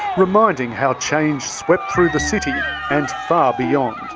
reminding how change swept through the city and far beyond.